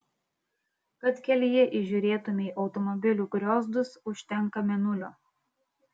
kad kelyje įžiūrėtumei automobilių griozdus užtenka mėnulio